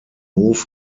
hof